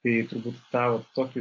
tai turbūt tą vat tokį